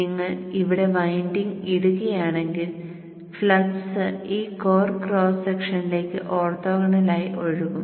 നിങ്ങൾ ഇവിടെ വൈൻഡിംഗ് ഇടുകയാണെങ്കിൽ ഫ്ലക്സ് ഈ കോർ ക്രോസ് സെക്ഷനിലേക്ക് ഓർത്തോഗണായി ഒഴുകും